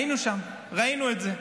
היינו שם, ראינו את זה,